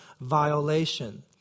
violation